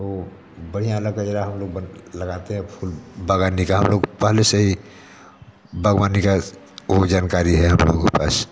वह बढ़िया वाला गजरा हम लोग बन लगाते हैं फूल में बागवानी का हम लोग पहले से ही बागवानी का वह जानकारी है हम लोगों के पास